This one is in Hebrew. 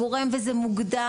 הגורם היחיד וזה מוגדר,